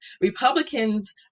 Republicans